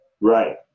Right